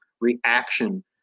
reaction